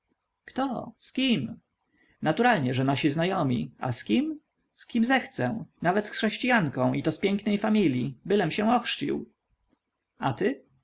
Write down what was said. kto z kim naturalnie że nasi znajomi a z kim z kim zechcę nawet z chrześcijanką i to z pięknej familii bylem się ochrzcił a ty